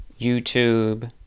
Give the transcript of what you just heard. YouTube